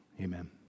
Amen